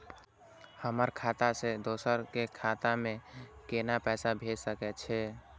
हमर खाता से दोसर के खाता में केना पैसा भेज सके छे?